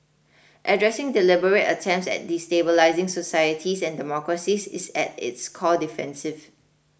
addressing deliberate attempts at destabilising societies and democracies is at its core defensive